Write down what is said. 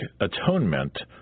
atonement